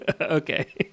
Okay